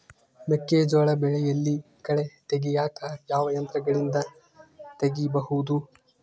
ಮೆಕ್ಕೆಜೋಳ ಬೆಳೆಯಲ್ಲಿ ಕಳೆ ತೆಗಿಯಾಕ ಯಾವ ಯಂತ್ರಗಳಿಂದ ತೆಗಿಬಹುದು?